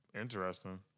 Interesting